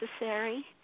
necessary